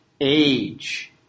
age